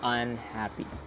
unhappy